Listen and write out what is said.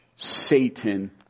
Satan